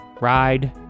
Ride